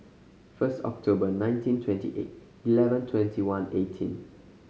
first October nineteen twenty eight eleven twenty one eighteen